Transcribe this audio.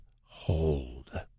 hold